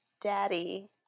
daddy